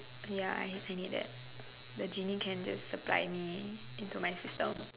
ya I I need that the genie can just supply me into my system